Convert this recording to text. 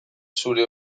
zure